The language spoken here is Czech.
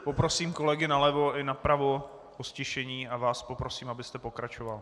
Poprosím kolegy nalevo i napravo o ztišení a vás poprosím, abyste pokračoval.